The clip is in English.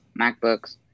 MacBooks